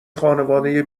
خانواده